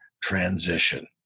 transition